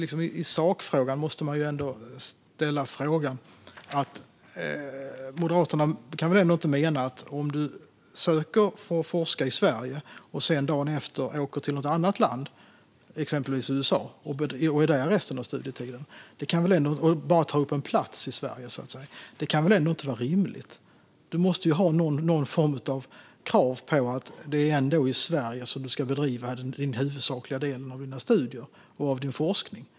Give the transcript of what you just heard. I sak måste jag ändå ställa frågan: Moderaterna kan väl ändå inte mena att det är rimligt att söka för att forska i Sverige och så dagen efter åker du till ett annat land, exempelvis USA, och är där resten av studietiden och bara tar upp en plats i Sverige? Det måste ändå finnas någon form av krav att det är i Sverige som du ska bedriva den huvudsakliga delen av dina studier och din forskning.